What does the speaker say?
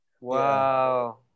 Wow